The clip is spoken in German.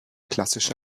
klassische